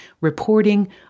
reporting